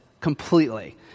completely